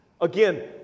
Again